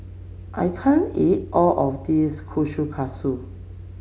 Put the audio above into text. I can't eat all of this Kushikatsu